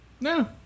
No